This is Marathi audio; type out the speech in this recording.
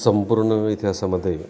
संपूर्ण इतिहासामध्ये